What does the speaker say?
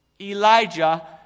Elijah